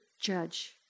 judge